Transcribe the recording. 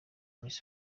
miss